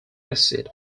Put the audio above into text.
acid